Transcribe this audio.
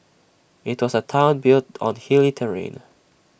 IT was A Town built on hilly terrain